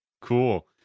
cool